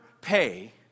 pay